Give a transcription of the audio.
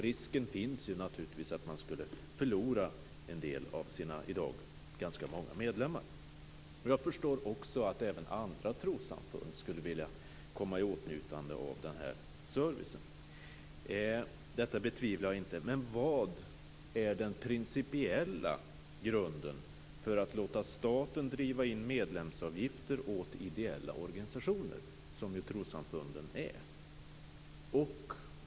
Risken finns naturligtvis att man skulle förlora av del av sina i dag ganska många medlemmar. Jag förstår också att även andra trossamfund skulle vilja komma i åtnjutande av denna service. Detta betvivlar jag inte. Men vad är den principiella grunden för att låta staten driva in medlemsavgifter åt ideella organisationer, som ju trossamfunden är?